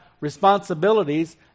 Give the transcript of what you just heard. responsibilities